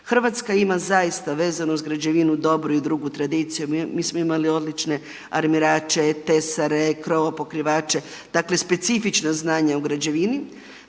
Hrvatska ima zaista vezano uz građevinu dobru i dugu tradiciju. Mi smo imali odlične armirače, tesare, krovopokrivače dakle specifična znanja u građevini.